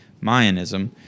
Mayanism